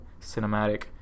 cinematic